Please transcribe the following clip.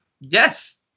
Yes